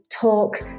talk